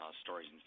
stories